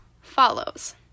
follows